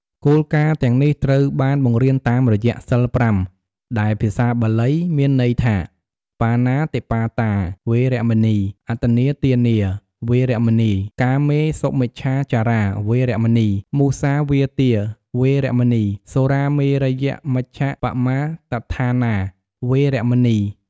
គោលការណ៍ទាំងនេះត្រូវបានបង្រៀនតាមរយៈ សីលប្រាំ ដែលភាសាបាលី មានន័យថា បាណាតិបាតា វេរមណី, អទិន្នាទានា វេរមណី, កាមេ សុមិច្ឆាចារា វេរមណី, មុសាវាទា វេរមណី, សុរាមេរយមជ្ជប្បមាទដ្ឋានា វេរមណី។